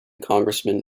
congressman